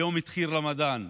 היום התחיל רמדאן,